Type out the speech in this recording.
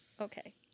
Okay